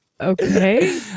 okay